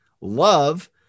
Love